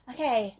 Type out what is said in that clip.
Okay